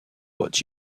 but